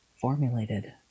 formulated